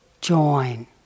join